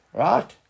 right